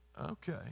okay